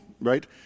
right